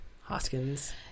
Hoskins